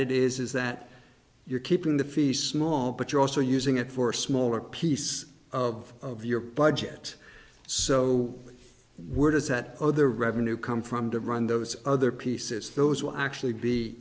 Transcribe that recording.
it is that you're keeping the fee small but you're also using it for a smaller piece of your budget so where does that other revenue come from to run those other pieces those will actually be